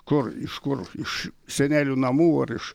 kur iš kur iš senelių namų ar iš